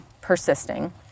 persisting